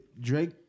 Drake